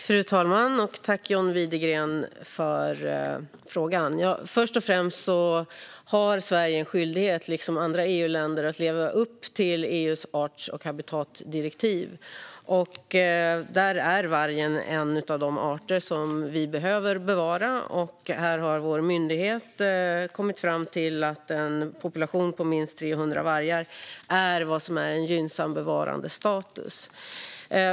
Fru talman! Jag tackar John Widegren för frågan. Först och främst har Sverige liksom andra EU-länder en skyldighet att leva upp till EU:s art och habitatdirektiv. Där är vargen en av de arter vi behöver bevara, och Naturvårdsverket har kommit fram till att en population på minst 300 vargar är en gynnsam bevarandestatus.